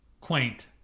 Quaint